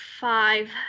five